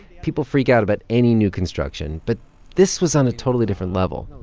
people freak out about any new construction. but this was on a totally different level.